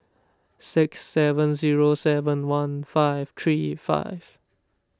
six seven zero seven one five three five